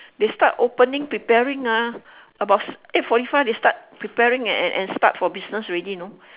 they start opening preparing ah about eight forty five they start preparing eh and and start for business already no